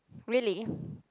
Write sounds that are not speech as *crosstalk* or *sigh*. really *breath*